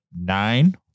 nine